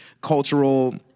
cultural